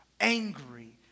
angry